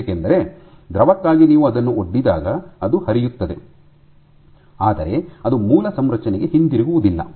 ಏಕೆಂದರೆ ದ್ರವಕ್ಕಾಗಿ ನೀವು ಅದನ್ನು ಒಡ್ಡಿದಾಗ ಅದು ಹರಿಯುತ್ತದೆ ಆದರೆ ಅದು ಮೂಲ ಸಂರಚನೆಗೆ ಹಿಂತಿರುಗುವುದಿಲ್ಲ